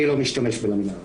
אני לא משתמש בלמינאריות.